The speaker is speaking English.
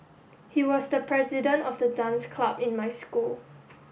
he was the president of the dance club in my school